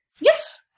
yes